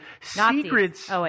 secrets